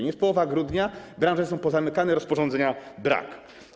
Jest połowa grudnia, branże są pozamykane, rozporządzenia brak.